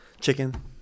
chicken